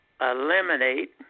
eliminate